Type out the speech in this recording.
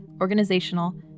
organizational